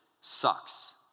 sucks